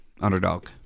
Underdog